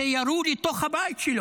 שירו לתוך הבית שלו,